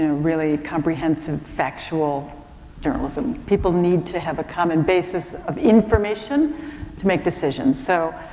ah really comprehensive factual journalism. people need to have a common basis of information to make decisions. so,